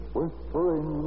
Whispering